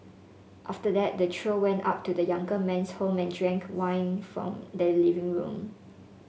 after that the trio went up to the younger man's home and drank wine from the living room